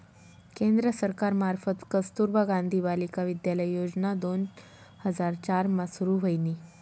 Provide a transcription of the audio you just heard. केंद्र सरकार मार्फत कस्तुरबा गांधी बालिका विद्यालय योजना दोन हजार चार मा सुरू व्हयनी